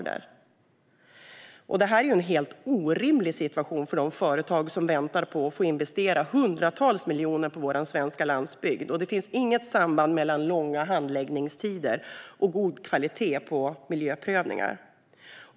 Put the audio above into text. Detta är en helt orimlig situation för de företag som väntar på att få investera hundratals miljoner på vår svenska landsbygd. Det finns inget samband mellan långa handläggningstider och god kvalitet på miljöprövningar.